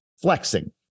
flexing